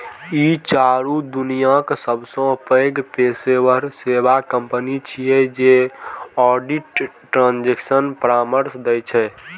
ई चारू दुनियाक सबसं पैघ पेशेवर सेवा कंपनी छियै जे ऑडिट, ट्रांजेक्शन परामर्श दै छै